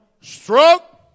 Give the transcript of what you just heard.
stroke